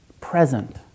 present